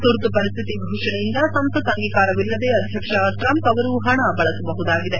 ಶುರ್ತು ಪರಿಸ್ಟಿತಿ ಘೋಷಣೆಯಿಂದ ಸಂಸತ್ ಅಂಗೀಕಾರವಿಲ್ಲದೆ ಅಧ್ಯಕ್ಷ ಟ್ರಂಪ್ ಅವರು ಪಣ ಬಳಸಬಹುದಾಗಿದೆ